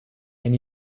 and